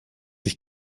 sich